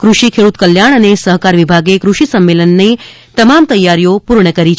કૃષિ ખેડૂત કલ્યાણ અને સહકાર વિભાગે કૃષિ સંમેલનના આયોજન માટે તૈયારીઓ પૂર્ણ કરી છે